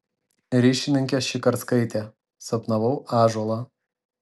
ryšininkė šikarskaitė sapnavau ąžuolą